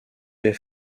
fait